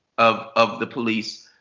of of the police,